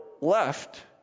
left